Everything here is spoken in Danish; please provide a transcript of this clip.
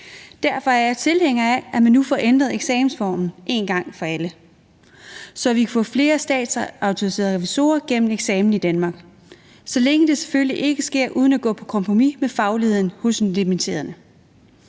Derfor er jeg tilhænger af, at man nu får ændret eksamensformen én gang for alle, så vi kan få flere statsautoriserede revisorer gennem eksamen i Danmark, så længe det selvfølgelig sker uden at gå på kompromis med fagligheden hos de dimitterende.